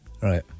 Right